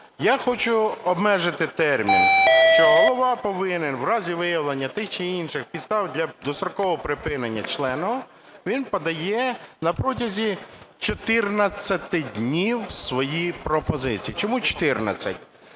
Я хочу обмежити термін, що голова повинен у разі виявлення тих чи інших підстав для дострокового припинення члена, він подає на протязі 14 днів свої пропозиції. Чому 14?